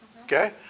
Okay